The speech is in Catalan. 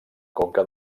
conca